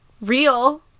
real